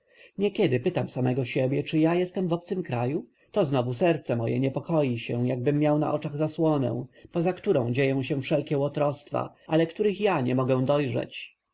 niekiedy pytam samego siebie czy ja jestem w obcym kraju to znowu serce moje niepokoi się jakbym miał na oczach zasłonę poza którą dzieją się wszelkie łotrostwa ale których ja nie mogę dojrzeć